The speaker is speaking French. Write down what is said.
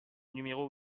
numéro